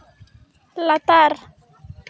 ᱞᱟᱛᱟᱨ